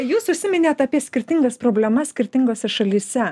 jūs užsiminėt apie skirtingas problemas skirtingose šalyse